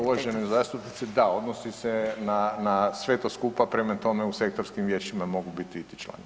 Uvažena zastupnice, da, odnosi se na sve to skupa, prema tome u sektorskim vijećima mogu biti članovi.